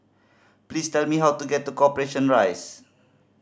please tell me how to get to Corporation Rise